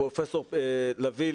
פרופ' לביא,